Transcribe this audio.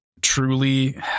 truly